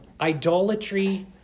idolatry